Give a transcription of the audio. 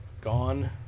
Gone